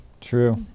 True